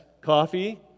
coffee